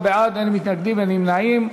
37 בעד, אין מתנגדים ואין נמנעים.